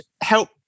help